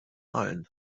allen